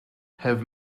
have